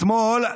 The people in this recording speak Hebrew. אתמול,